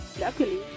Luckily